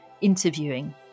interviewing